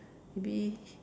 maybe